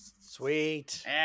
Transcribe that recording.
Sweet